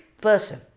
Person